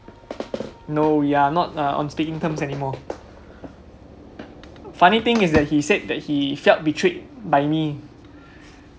no we are not uh on speaking terms anymore funny thing is that he said he felt betrayed by me